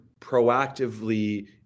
proactively